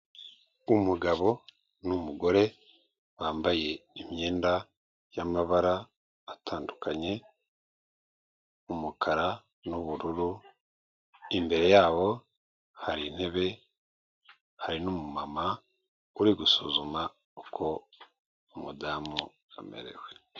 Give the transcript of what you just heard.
Umugabo n'umugore bambaye imyenda y'amabara atandukanye; umukara n'ubururu, imbere yabo hari intebe, hari n'umumama uri gusuzuma uko umudamu amerewe.